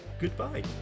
goodbye